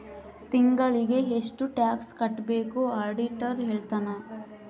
ತಿಂಗಳಿಗೆ ಎಷ್ಟ್ ಟ್ಯಾಕ್ಸ್ ಕಟ್ಬೇಕು ಆಡಿಟರ್ ಹೇಳ್ತನ